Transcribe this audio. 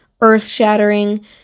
earth-shattering